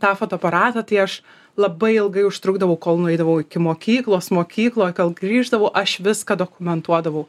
tą fotoaparatą tai aš labai ilgai užtrukdavau kol nueidavau iki mokyklos mokykloj kol grįždavau aš viską dokumentuodavau